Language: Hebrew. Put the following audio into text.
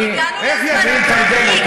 אני מתרגם אותו.